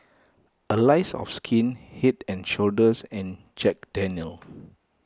Allies of Skin Head and Shoulders and Jack Daniel's